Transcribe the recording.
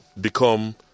become